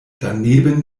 daneben